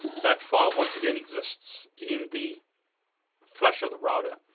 that file once again exists in the flash of the router.